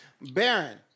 Baron